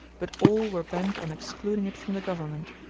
but all were bent on excluding it from the government.